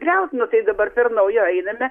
griaut nu tai dabar per naujo einame